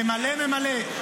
ממלא, ממלא.